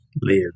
live